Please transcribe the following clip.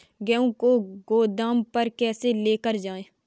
गेहूँ को गोदाम पर कैसे लेकर जाएँ?